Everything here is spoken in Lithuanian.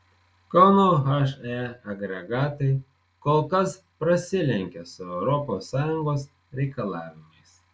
kauno he agregatai kol kas prasilenkia su europos sąjungos reikalavimais